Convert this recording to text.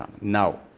Now